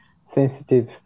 sensitive